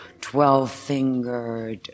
twelve-fingered